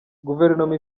guverinoma